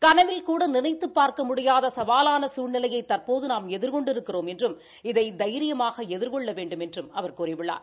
கனவில்கூட நினைத்தப் பார்க்க முடியாத சவாலான சூழ்நிலையை தற்போது நாம் எதிர்கொண்டிருக்கிறோம் என்றும் இதை தைரியமாக எதிர்கொள்ள வேண்டுமென்றும் அவர் கூறியுள்ளார்